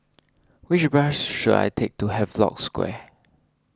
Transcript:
which bus should I take to Havelock Square